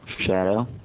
Shadow